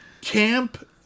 Camp